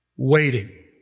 waiting